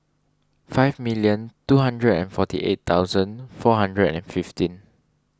five million two hundred and forty eight thousand four hundred and fifteen